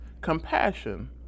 Compassion